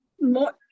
more